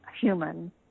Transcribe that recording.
human